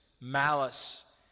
malice